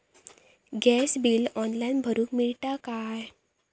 Gas bill online भरुक मिळता काय?